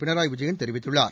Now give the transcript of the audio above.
பினராயி விஜயன் தெரிவித்துள்ளார்